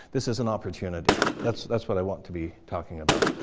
this is an opportunity. that's that's what i want to be talking about.